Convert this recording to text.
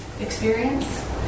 experience